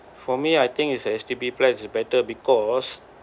for me I think is H_D_B plan is better because